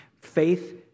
Faith